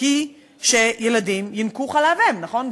היא שילדים יינקו חלב אם, נכון?